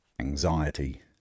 anxiety